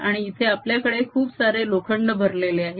आणि इथे आपल्याकडे खूप सारे लोखंड भरलेले आहे